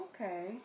okay